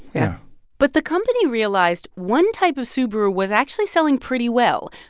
yeah but the company realized one type of subaru was actually selling pretty well.